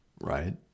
Right